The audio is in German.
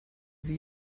sie